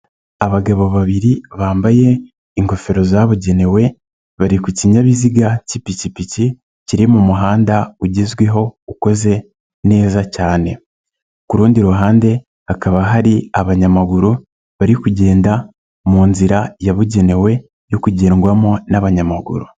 Abagabo babiri bambaye ingofero zabugenewe, bari kukinyabiziga cy'ipikipiki kiri mu muhanda ugezweho ukoze neza cyane, ku rundi ruhande hakaba hari abanyamaguru bari kugenda mu nzira yabugenewe yo kugendwamo n'abanyamaguru.